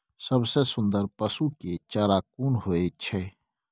सबसे सुन्दर पसु के चारा कोन होय छै?